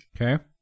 Okay